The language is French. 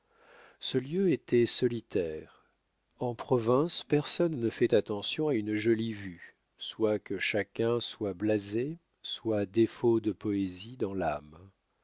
ce lieu était solitaire en province personne ne fait attention à une jolie vue soit que chacun soit blasé soit défaut de poésie dans l'âme